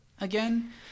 again